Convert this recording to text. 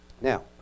Now